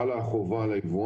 חלה על היבואן.